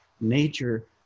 Nature